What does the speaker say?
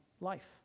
life